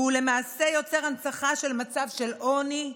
והוא יוצר הנצחה של עוני,